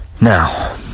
Now